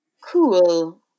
Cool